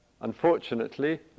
unfortunately